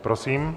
Prosím.